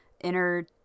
inner